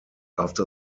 after